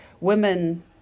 women